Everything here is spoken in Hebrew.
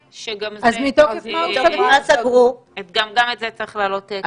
גם את זה צריך להעלות כנראה.